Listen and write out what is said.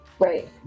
Right